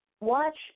Watch